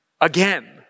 again